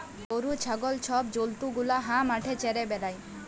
গরু, ছাগল ছব জল্তু গুলা হাঁ মাঠে চ্যরে বেড়ায়